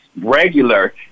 regular